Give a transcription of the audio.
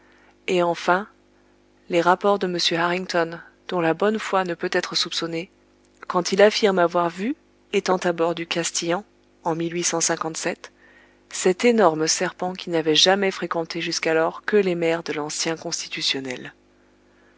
et enfin les rapports de m harrington dont la bonne foi ne peut être soupçonnée quand il affirme avoir vu étant à bord du castillan en cet énorme serpent qui n'avait jamais fréquenté jusqu'alors que les mers de l'ancien constitutionnel